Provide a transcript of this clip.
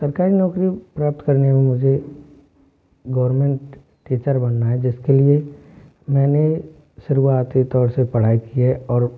सरकारी नौकरी प्राप्त करने में मुझे गोवरमेंट टीचर बनना है जिसके लिए मैंने शुरुआती तौर से पढ़ाई की है और